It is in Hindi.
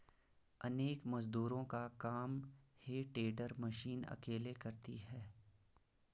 अनेक मजदूरों का काम हे टेडर मशीन अकेले करती है